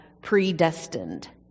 predestined